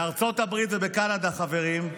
בארצות הברית וקנדה, חברים,